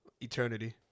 Eternity